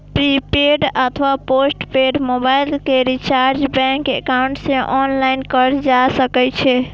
prepaid अथवा postpaid mobile के recharge bank account सं ऑनलाइन कैल जा सकै छै